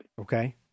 Okay